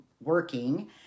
working